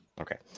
Okay